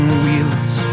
wheels